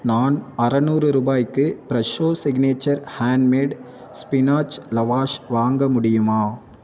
நான் அறுநூறு ரூபாய்க்கு Fresho signature handmade spinach lavash வாங்க முடியுமா